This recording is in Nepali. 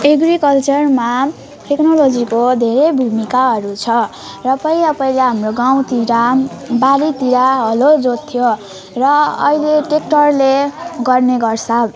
एग्रिकल्चरमा टेक्नोलोजीको धेरै भूमिकाहरू छ र पहिला पहिला हाम्रो गाउँतिर बारीतिर हलो जोत्थ्यो र अहिले ट्र्याक्टरले गर्ने गर्छ